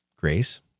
grace